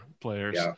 players